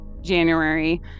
January